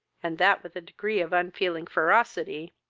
and that with a degree of unfeeling ferocity,